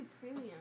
Premium